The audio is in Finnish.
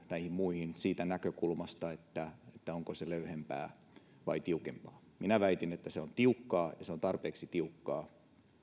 näihin muihin siitä näkökulmasta onko se löyhempää vai tiukempaa minä väitin että se on tiukkaa ja se on tarpeeksi tiukkaa